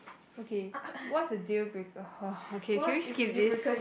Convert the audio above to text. okay what's the deal breaker okay can we skip this